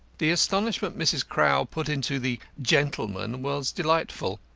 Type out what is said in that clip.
the astonishment mrs. crowl put into the gentleman was delightful.